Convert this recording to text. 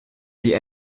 die